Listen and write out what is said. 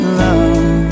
love